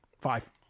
Five